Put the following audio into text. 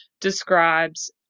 describes